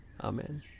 Amen